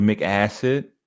acid